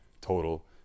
total